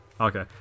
Okay